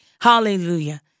Hallelujah